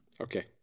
Okay